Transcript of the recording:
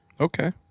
okay